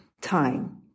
time